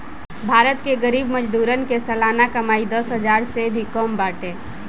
भारत के गरीब मजदूरन के सलाना कमाई दस हजार से भी कम बाटे